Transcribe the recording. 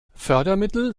fördermittel